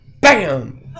Bam